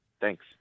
thanks